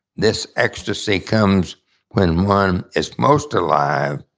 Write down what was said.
this ecstasy comes when one is most alive,